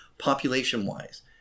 population-wise